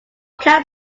camp